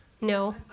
no